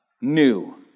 New